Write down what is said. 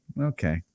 Okay